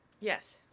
Yes